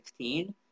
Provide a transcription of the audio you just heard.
2016